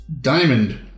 Diamond